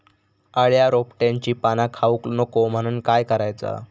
अळ्या रोपट्यांची पाना खाऊक नको म्हणून काय करायचा?